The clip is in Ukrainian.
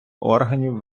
органів